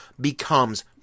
becomes